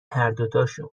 هردوتاشون